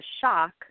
shock